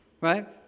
right